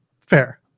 Fair